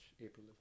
April